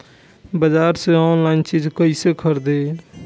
बाजार से आनलाइन चीज कैसे खरीदी?